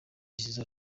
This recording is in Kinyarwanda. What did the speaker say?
zizou